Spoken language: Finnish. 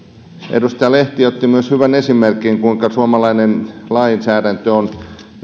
edustaja lehti otti myös hyvän esimerkin kuinka suomalainen lainsäädäntö